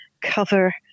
cover